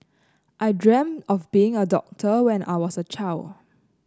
I dreamt of being a doctor when I was a child